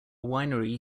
winery